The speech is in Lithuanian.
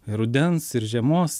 rudens ir žiemos